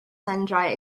sundry